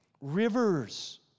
Rivers